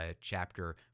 chapter